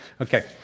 Okay